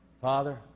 Father